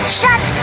shut